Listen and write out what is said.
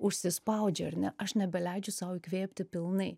užsispaudžia ar ne aš nebeleidžiu sau įkvėpti pilnai